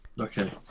okay